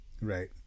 Right